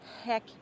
heck